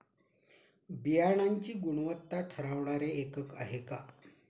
बियाणांची गुणवत्ता ठरवणारे एकक आहे का?